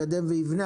לקדם ולבנות,